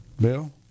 Bill